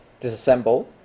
disassemble